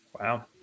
Wow